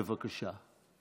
בבקשה.